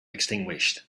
extinguished